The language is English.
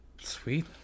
Sweet